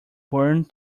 burned